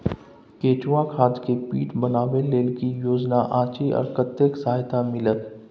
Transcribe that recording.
केचुआ खाद के पीट बनाबै लेल की योजना अछि आ कतेक सहायता मिलत?